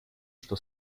что